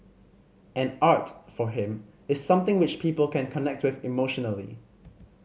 and art for him is something which people can connect with emotionally